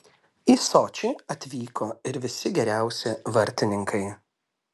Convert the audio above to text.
į sočį atvyko ir visi geriausi vartininkai